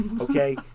Okay